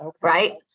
right